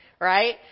right